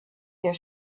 their